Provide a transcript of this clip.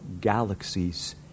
galaxies